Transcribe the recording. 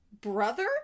brother